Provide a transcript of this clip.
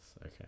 Okay